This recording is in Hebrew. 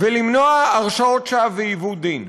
ולמנוע הרשעות שווא ועיוות דין.